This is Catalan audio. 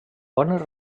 bones